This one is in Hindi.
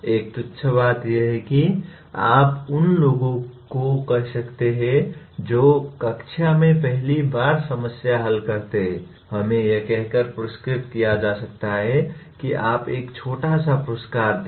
एक तुच्छ बात यह है कि आप उन लोगों को कह सकते हैं जो कक्षा में पहली बार समस्या हल करते हैं हमें यह कहकर पुरस्कृत किया जा सकता है कि आप एक छोटा सा पुरस्कार दें